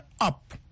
up